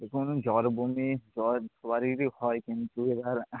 দেখুন জ্বর বমি জ্বর সবারই হয় কিন্তু এবার